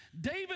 David